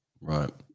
Right